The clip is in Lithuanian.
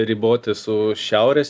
riboti su šiaurės